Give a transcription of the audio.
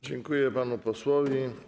Dziękuję panu posłowi.